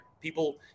People